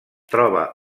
troba